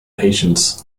patients